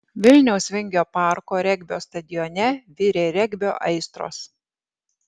vilniaus vingio parko regbio stadione virė regbio aistros